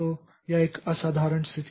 तो यह एक असाधारण स्थिति है